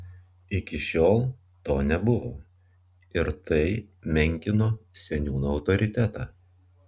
iki šiol to nebuvo ir tai menkino seniūno autoritetą